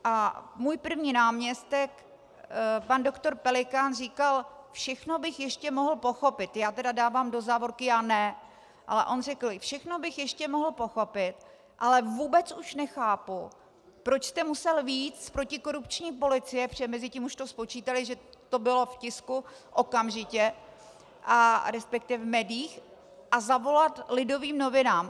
A můj první náměstek pan doktor Pelikán říkal: Všechno bych ještě mohl pochopit já tedy dávám do závorky: já ne ale on řekl, všechno bych ještě mohl pochopit, ale vůbec už nechápu, proč jste musel vyjít z protikorupční policie, protože mezitím už to spočítali, že to bylo v tisku okamžitě, resp. v médiích, a zavolat Lidovým novinám.